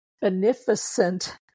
beneficent